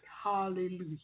hallelujah